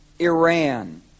Iran